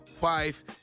wife